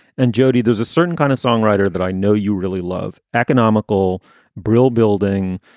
and jody, there's a certain kind of songwriter that i know you really love, economical brill building.